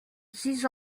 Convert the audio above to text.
six